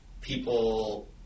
people